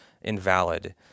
invalid